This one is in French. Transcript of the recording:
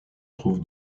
trouve